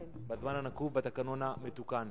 בזמן הנקוב בתקנון המתוקן.